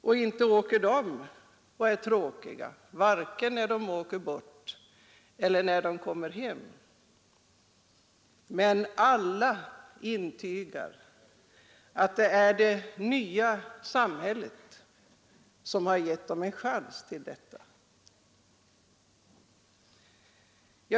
Och inte är de tråkiga heller, vare sig när de åker bort eller när de kommer hem, men alla intygar att det är det nya samhället som har gett dem en chans till detta.